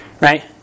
right